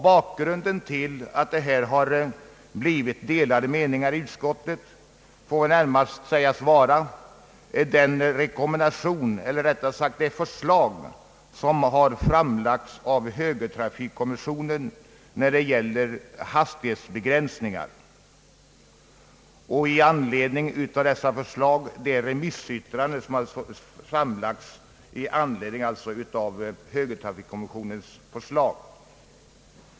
Bakgrunden till att det har blivit delade meningar i utskottet får väl närmast sägas vara det förslag som framlagts av högertrafikkommissionen när det gäller hastighetsbegränsningar och remissyttrandena i anledning av detta förslag.